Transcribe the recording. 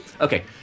okay